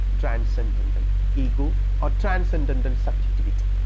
transcendental ego or transcendental subjectivity.